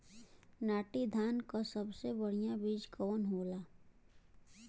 नाटी धान क सबसे बढ़िया बीज कवन होला?